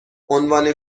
عنوان